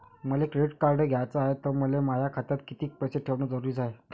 मले credit card घ्याचं हाय, त मले माया खात्यात कितीक पैसे ठेवणं जरुरीच हाय?